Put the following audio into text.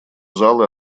залы